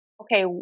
okay